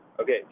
Okay